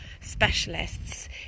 specialists